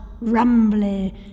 rumbly